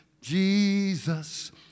Jesus